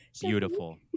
Beautiful